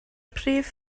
prif